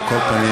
על כל פנים,